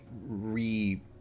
re